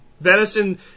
venison